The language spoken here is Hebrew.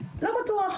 לא בטוח,